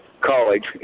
college